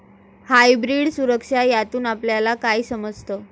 Hybrid सुरक्षा यातून आपल्याला काय समजतं?